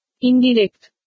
Indirect